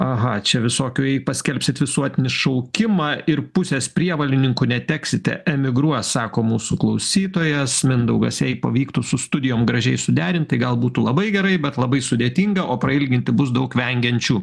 aha čia visokių jei paskelbsit visuotinį šaukimą ir pusės prievolininkų neteksite emigruos sako mūsų klausytojas mindaugas jei pavyktų su studijom gražiai suderint tai gal būtų labai gerai bet labai sudėtinga o prailginti bus daug vengiančių